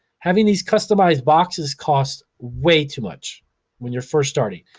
having these customized boxes costs way too much when you're first starting.